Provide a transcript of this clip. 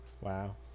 Wow